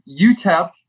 UTEP